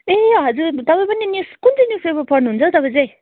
ए हजुर तपाईँ पनि न्युज कुन चाहिँ न्युज पेपर पढनु हुन्छ हौ तपाईँ चाहिँ